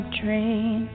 train